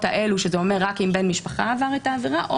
האלה שזה אומר רק אם בן משפחה עבר את העבירה,